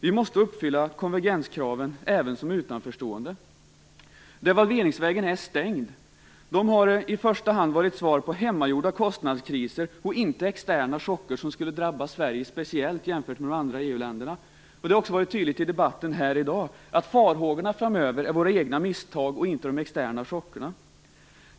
Vi måste uppfylla konvergenskraven även som utanförstående. Devalveringsvägen är stängd. Devalveringarna har i första hand varit svar på hemmagjorda kostnadskriser, inte på externa chocker som skulle drabba Sverige speciellt jämfört med de andra EU-länderna. Det har också varit tydligt i debatten här i dag att farhågorna framöver gäller våra egna misstag, inte de externa chockerna.